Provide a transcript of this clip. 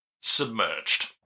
submerged